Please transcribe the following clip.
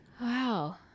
Wow